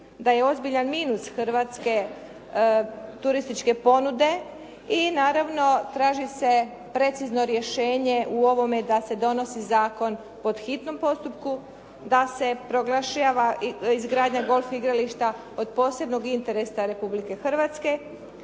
da je ozbiljan minus hrvatske turističke ponude i naravno traži se precizno rješenje u ovome da se donosi zakon po hitnom postupku, da se proglašava izgradnja golf igrališta od posebnog interesa Republike Hrvatske,